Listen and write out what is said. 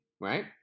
right